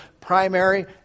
Primary